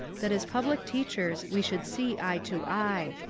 that as public teachers we should see eye to eye.